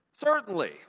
Certainly